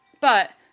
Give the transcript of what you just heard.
But-